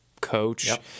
coach